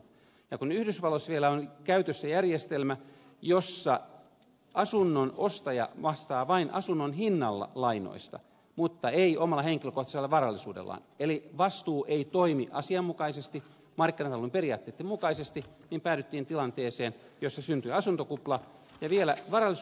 ja kun yhdysvalloissa vielä on käytössä järjestelmä jossa asunnon ostaja vastaa vain asunnon hinnalla lainoista mutta ei omalla henkilökohtaisella varallisuudellaan eli vastuu ei toimi asianmukaisesti markkinatalouden periaatteitten mukaisesti päädyttiin tilanteeseen jossa syntyi asuntokupla ja vielä varallisuuskupla